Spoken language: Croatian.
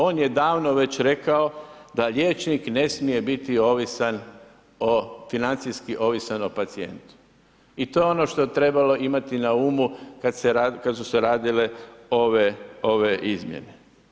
On je davno već rekao da liječnik ne smije biti financijski ovisan o pacijentu i to je ono što je trebalo imati na umu kad su se radile ove izmjene.